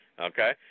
okay